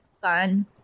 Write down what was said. fun